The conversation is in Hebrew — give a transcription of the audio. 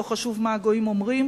שלא חשוב מה הגויים אומרים,